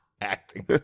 Acting